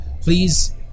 Please